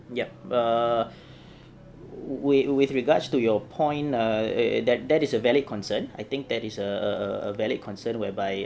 yup err w~ with regards to your point err that that is a valid concern I think that is a valid concern whereby